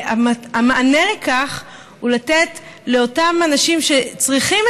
המענה לכך הוא לתת לאותם אנשים שצריכים